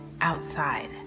outside